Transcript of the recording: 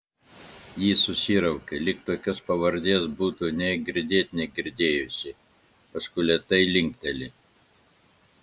ji susiraukia lyg tokios pavardės būtų nė girdėt negirdėjusi paskui lėtai linkteli